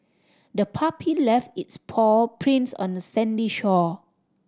the puppy left its paw prints on the sandy shore